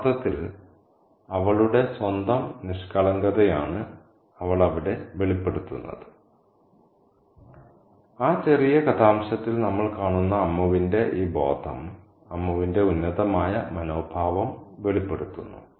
യഥാർത്ഥത്തിൽ അവളുടെ സ്വന്തം നിഷ്കളങ്കതയാണ് അവൾ അവിടെ വെളിപ്പെടുത്തുന്നത് ആ ചെറിയ കഥാംശത്തിൽ നമ്മൾ കാണുന്ന അമ്മുവിന്റെ ഈ ബോധം അമ്മുവിന്റെ ഉന്നതമായ മനോഭാവം വെളിപ്പെടുത്തുന്നു